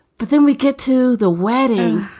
but then we get to the wedding.